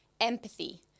empathy